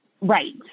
Right